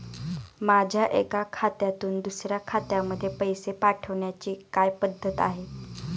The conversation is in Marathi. माझ्या एका खात्यातून दुसऱ्या खात्यामध्ये पैसे पाठवण्याची काय पद्धत आहे?